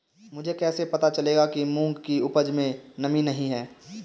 मुझे कैसे पता चलेगा कि मूंग की उपज में नमी नहीं है?